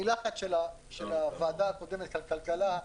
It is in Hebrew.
מלחץ של הוועדה הקודמת על כלכלה,